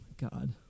God